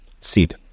seed